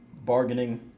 bargaining